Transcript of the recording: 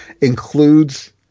includes